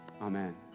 Amen